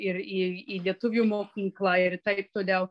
ir į į lietuvių mokyklą ir taip toliau